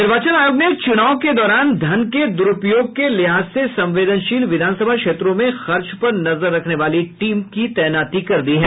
निर्वाचन आयोग ने चूनाव के दौरान धन के द्रूपयोग के लिहाज से संवेदनशील विधानसभा क्षेत्रों में खर्च पर नजर रखने वाली टीम में तैनाती कर दी है